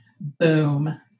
Boom